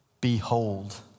Behold